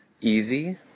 easy